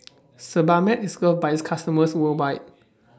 Sebamed IS loved By its customers worldwide